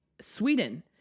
Sweden